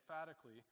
emphatically